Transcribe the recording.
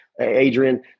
Adrian